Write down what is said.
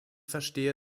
verstehe